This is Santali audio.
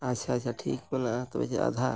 ᱟᱪᱪᱷᱟ ᱟᱪᱪᱷᱟ ᱴᱷᱤᱠ ᱢᱮᱱᱟᱜᱼᱟ ᱛᱚᱵᱮ ᱡᱮ ᱟᱫᱷᱟᱨ